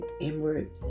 inward